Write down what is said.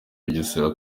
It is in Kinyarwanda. bugesera